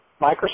Microsoft